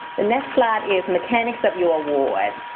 the next slide is mechanics of your award.